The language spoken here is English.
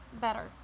better